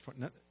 point